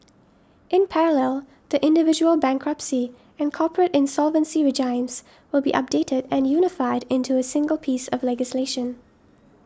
in parallel the individual bankruptcy and corporate insolvency regimes will be updated and unified into a single piece of legislation